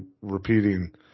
repeating